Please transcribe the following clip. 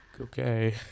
Okay